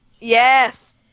Yes